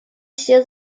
все